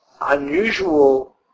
unusual